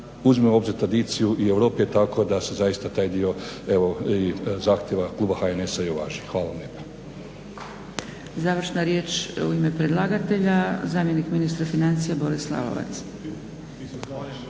Uzmimo u obzir tradiciju i u Europi je tako da se zaista taj dio evo zahtjeva Kluba HNS-a i uvaži. Hvala vam